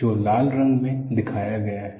जो लाल रंग में दिखाया गया है